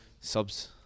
subs